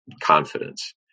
confidence